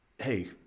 Hey